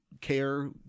care